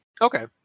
okay